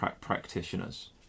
practitioners